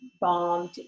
bombed